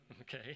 okay